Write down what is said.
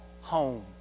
home